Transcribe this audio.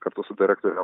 kartu su direktore